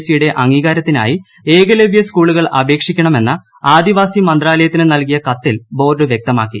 സ്ക് ്യുടെ അംഗീകാരത്തിനായി ഏകലവ്യ സ്കൂളുകൾ അപേക്ഷിക്കണമെന്ന് ആദിവാസി മന്ത്രാലയത്തിനു നൽകിയ കത്തിൽ ബോർഡ് വ്യക്തമാക്കി